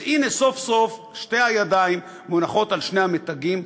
אז הנה סוף-סוף שתי הידיים מונחות על שני המתגים,